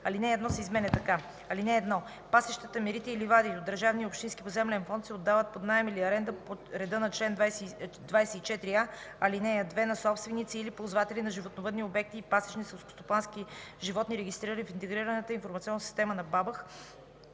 Алинея 1 се изменя така: „(1) Пасищата, мерите и ливадите от държавния и общинския поземлен фонд се отдават под наем или аренда по реда на чл. 24а, ал. 2 на собственици или ползватели на животновъдни обекти с пасищни селскостопански животни, регистрирани в Интегрираната информационна система на БАБХ,